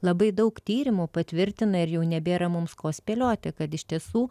labai daug tyrimų patvirtina ir jau nebėra mums ko spėlioti kad iš tiesų